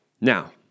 Now